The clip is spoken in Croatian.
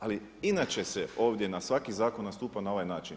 Ali inače se ovdje na svaki zakon nastupa na ovaj zakon.